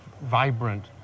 vibrant